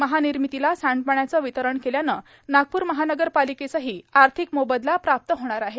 महानिर्मितीला सांडपाण्याचं वितरण केल्यानं नागपूर महानगरपालिकेसही आर्थिक मोबदला प्राप्त होणार आहे